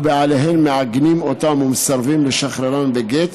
ובעליהן מעגנים אותן ומסרבים לשחררן בגט,